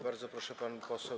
Bardzo proszę, pan poseł